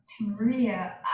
Maria